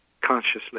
consciously